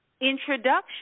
introduction